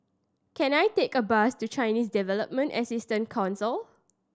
can I take a bus to Chinese Development Assistance Council